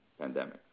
pandemic